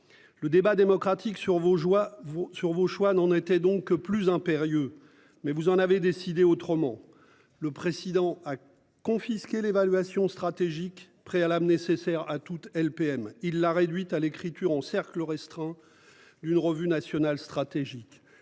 Le débat démocratique sur vos joies vos sur vos choix n'ont n'était donc plus impérieux. Mais vous en avez décidé autrement. Le président a confisqué l'évaluation stratégique, préalable nécessaire à toute LPM. Il l'a réduite à l'écriture en cercle restreint. D'une revue nationale stratégique